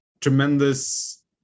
tremendous